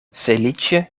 feliĉe